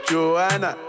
Joanna